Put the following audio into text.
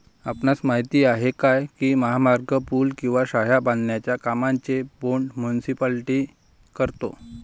आपणास माहित आहे काय की महामार्ग, पूल किंवा शाळा बांधण्याच्या कामांचे बोंड मुनीसिपालिटी करतो?